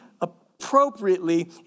appropriately